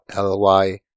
ly